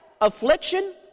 affliction